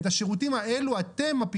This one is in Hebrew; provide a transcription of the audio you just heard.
נטע, תודה.